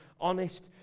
honest